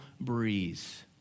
breeze